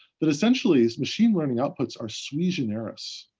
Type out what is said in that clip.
that, essentially, machine learning outputs are sui generis.